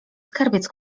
skarbiec